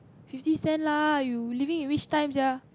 fifty cent lah you living in which time sia